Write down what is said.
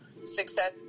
Success